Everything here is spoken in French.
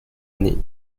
année